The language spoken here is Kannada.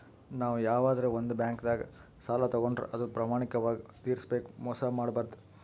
ನಾವ್ ಯವಾದ್ರೆ ಒಂದ್ ಬ್ಯಾಂಕ್ದಾಗ್ ಸಾಲ ತಗೋಂಡ್ರ್ ಅದು ಪ್ರಾಮಾಣಿಕವಾಗ್ ತಿರ್ಸ್ಬೇಕ್ ಮೋಸ್ ಮಾಡ್ಬಾರ್ದು